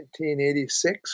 1986